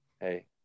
Hey